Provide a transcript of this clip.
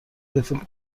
رفیق